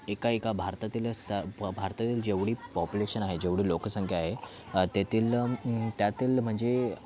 एका एका भारतातील स भारतातील जेवढी पॉपुलेशन आहे जेवढी लोकसंख्या आहे त्यातील त्यातील म्हणजे